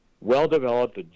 well-developed